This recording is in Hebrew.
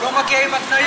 הוא לא מגיע עם התניות?